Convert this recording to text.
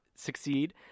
succeed